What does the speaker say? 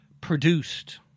produced